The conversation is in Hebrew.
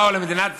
באו למדינת ישראל,